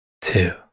Two